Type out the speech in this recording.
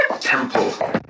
temple